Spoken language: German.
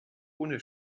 ohne